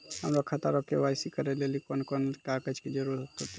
हमरो खाता रो के.वाई.सी करै लेली कोन कोन कागज के जरुरत होतै?